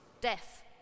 death